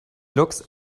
looks